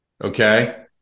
Okay